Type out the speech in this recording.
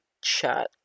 chat